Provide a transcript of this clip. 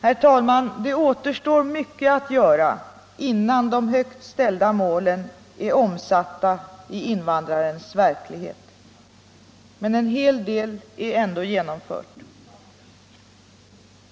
Herr talman! Det återstår mycket att göra innan de högt ställda målen är omsatta i invandrarens verklighet. Men en hel del är ändå genomfört.